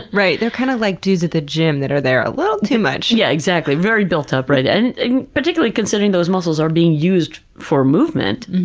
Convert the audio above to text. they're kind of like dudes at the gym that are there a little too much. yeah exactly. very built up, right? and particularly considering those muscles are being used for movement,